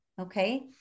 okay